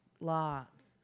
Lots